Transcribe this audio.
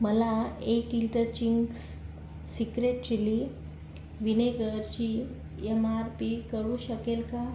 मला एक litre Ching's सि सिक्रेट चिली व्हिनेगरची यम आर पी कळू शकेल का